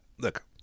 look